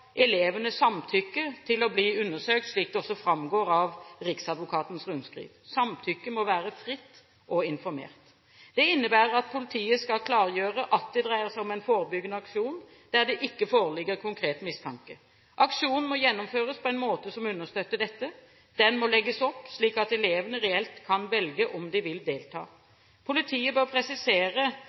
elevene samtykke til å bli undersøkt, slik det også framgår av Riksadvokatens retningslinjer. Samtykket må være fritt og informert. Det innebærer at politiet skal klargjøre at det dreier seg om en forebyggende aksjon der det ikke foreligger konkret mistanke. Aksjonen må gjennomføres på en måte som understøtter dette – den må legges opp slik at elevene reelt kan velge om de vil delta. Politiet bør presisere